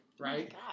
Right